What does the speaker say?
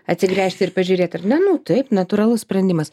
atsigręžt ir pažiūrėt ar ne nu taip natūralus sprendimas